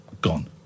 Gone